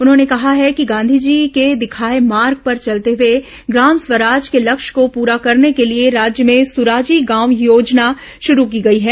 उन्होंने कहा है कि गांधीजी के दिखाए मार्ग पर चलते हुए ग्राम स्वराज के लक्ष्य को पूरा करने के लिए राज्य में सुराजी गांव योजना शुरू की गई है